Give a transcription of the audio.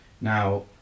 Now